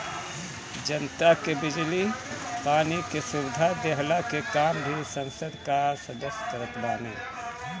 जनता के बिजली पानी के सुविधा देहला के काम भी संसद कअ सदस्य करत बाने